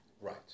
Right